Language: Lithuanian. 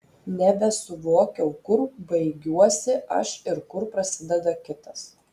nebesuvokiau kur baigiuosi aš ir kur prasideda kitas